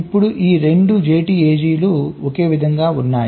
ఇప్పుడు ఈ 2 JTAG లు ఒకే విధంగా ఉన్నాయి